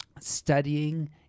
studying